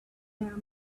corral